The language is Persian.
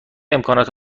امکانات